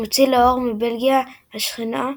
מוציא לאור מבלגיה השכנה,